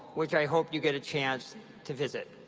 which i hope you get a chance to visit.